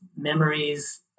memories